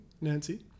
Nancy